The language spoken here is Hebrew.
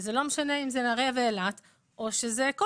וזה לא משנה אם זה נהריה או אילת או שאלה כל